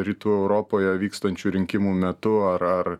rytų europoje vykstančių rinkimų metu ar ar